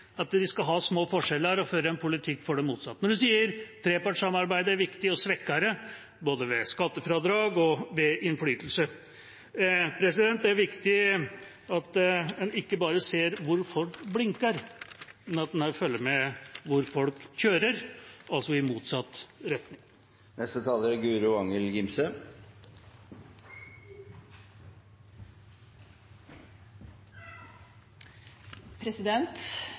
at de skal ha små forskjeller, og fører en politikk for det motsatte, når de sier at trepartssamarbeidet er viktig, og svekker det – både ved skattefradrag og ved innflytelse. Det er viktig at en ikke bare ser hvor folk blinker, men at en også følger med på hvor folk kjører – altså i motsatt retning.